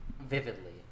vividly